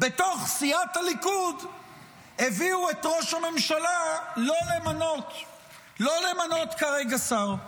בתוך סיעת הליכוד הביאו את ראש הממשלה לא למנות כרגע שר.